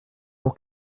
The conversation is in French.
pour